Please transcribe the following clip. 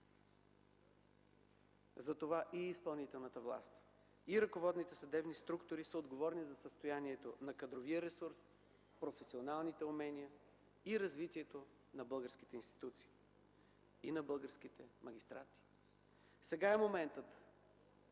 Затова и изпълнителната власт, и ръководните съдебни структури са отговорни за състоянието на кадровия ресурс, професионалните умения, развитието на българските институции и на българските магистрати. Сега е моментът